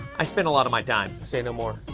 i spent a lot of my time. say no more.